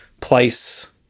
place